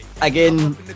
again